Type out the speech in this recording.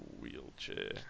wheelchair